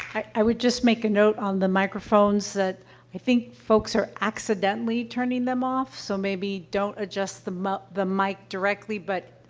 i would just make a note, on the microphones, that i think folks are accidentally turning them off, so maybe don't adjust them ah the mic directly but, ah,